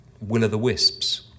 will-o'-the-wisps